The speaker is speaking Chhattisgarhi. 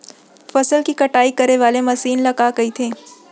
फसल की कटाई करे वाले मशीन ल का कइथे?